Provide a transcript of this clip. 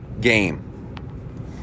game